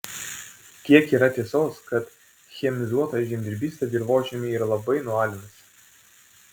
kiek yra tiesos kad chemizuota žemdirbystė dirvožemį yra labai nualinusi